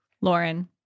Lauren